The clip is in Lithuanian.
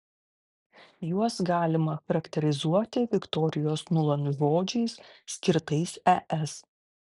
juos galima charakterizuoti viktorijos nuland žodžiais skirtais es